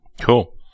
Cool